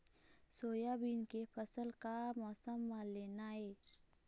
Soybean के फसल का मौसम म लेना ये?